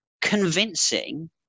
convincing